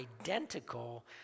identical